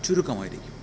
ചുരുക്കമായിരിക്കും